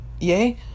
yay